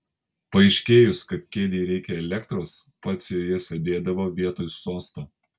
paaiškėjus kad kėdei reikia elektros pats joje sėdėdavo vietoj sosto